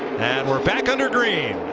and we are back under green.